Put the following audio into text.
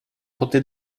potè